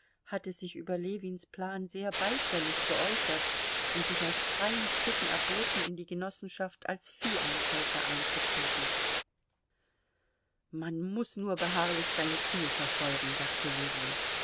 hatte sich über ljewins plan sehr beifällig geäußert und sich aus freien stücken erboten in die genossenschaft als vieheinkäufer einzutreten man muß nur beharrlich sein ziel verfolgen dachte ljewin